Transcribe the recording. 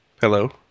hello